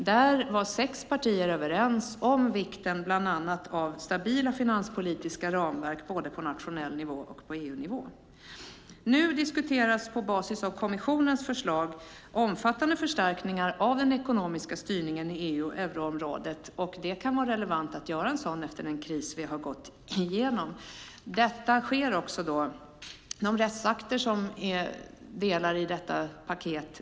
Där var sex partier överens om vikten av bland annat stabila finanspolitiska ramverk på både nationell nivå och EU-nivå. Nu diskuteras på basis av kommissionens förslag omfattande förstärkningar av den ekonomiska styrningen i EU och euroområdet. Det kan vara relevant att göra sådana efter den kris vi har gått igenom. Detta sker också genom de rättsakter som är delar i dessa paket.